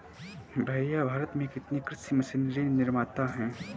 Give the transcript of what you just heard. भैया भारत में कितने कृषि मशीनरी निर्माता है?